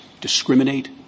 discriminate